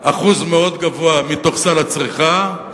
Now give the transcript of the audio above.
אחוז מאוד גבוה מתוך סל הצריכה,